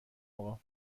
آقا